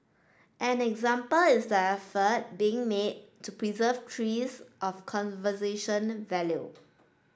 an example is the effort being made to preserve trees of conversation value